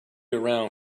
around